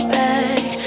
back